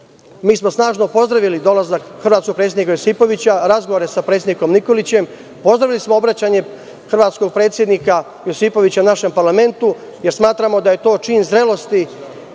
smo snažno pozdravili dolazak hrvatskog predsednika Josipovića, razgovore sa predsednikom Nikolićem. Pozdravili smo obraćanje hrvatskog predsednika Josipovića našem parlamentu, jer smatramo da je to čin zrelosti